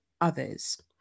others